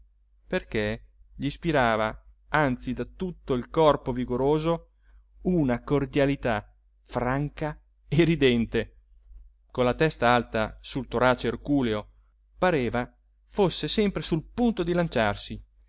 perché gli spirava anzi da tutto il corpo vigoroso una cordialità franca e ridente con la testa alta sul torace erculeo pareva fosse sempre sul punto di lanciarsi